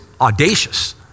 audacious